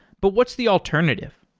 but what's the alternative?